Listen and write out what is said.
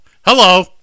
Hello